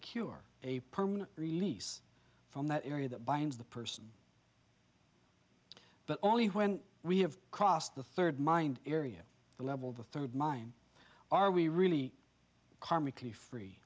cure a permanent release from that area that binds the person but only when we have crossed the third mind area the level the third mind are we really karmically free